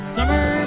Summer